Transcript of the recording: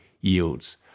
yields